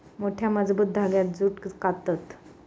मोठ्या, मजबूत धांग्यांत जूट काततत